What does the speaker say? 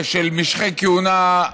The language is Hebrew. של משכי כהונה,